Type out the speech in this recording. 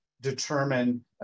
determine